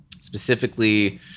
specifically